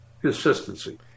Consistency